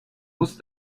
muss